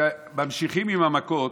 ממשיכים עם המכות,